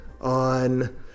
on